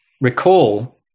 recall